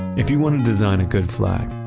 if you want to design a good flag,